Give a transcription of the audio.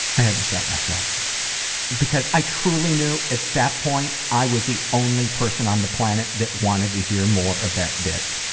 i had to stop myself because i truly knew at that point, i was the only person on the planet that wanted to hear more of that bit.